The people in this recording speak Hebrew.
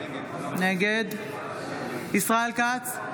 נגד ישראל כץ,